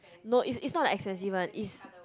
no is is is not the expensive one is